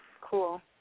Cool